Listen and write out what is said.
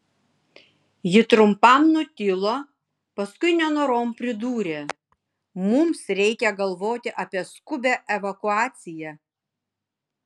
ji trumpam nutilo paskui nenorom pridūrė mums reikia galvoti apie skubią evakuaciją